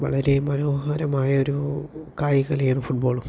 വളരെ മനോഹരമായ ഒരു കായികകലയാണ് ഫുട്ബോൾ